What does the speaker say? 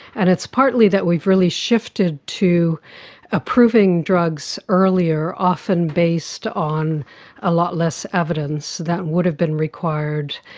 and it's partly that we've really shifted to approving drugs earlier, often based on a lot less evidence that would have been required